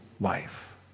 life